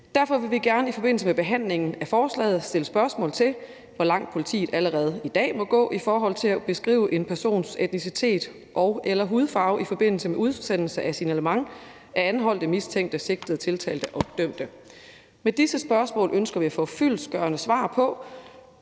Derfor vil vi gerne i forbindelse med behandlingen af forslaget stille spørgsmål til, hvor langt politiet allerede i dag må gå i forhold til at beskrive en persons etnicitet og/eller hudfarve i forbindelse med udsendelse af et signalement af anholdte, mistænkte, sigtede, tiltalte og dømte. Med disse spørgsmål ønsker vi at få fyldestgørende svar for